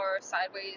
sideways